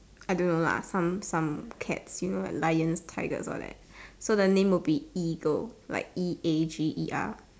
I don't know lah some some cats you know like lions Tigers all that so the name will be eager like E a G E R